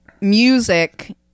music